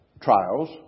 trials